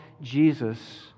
Jesus